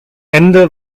ende